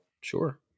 sure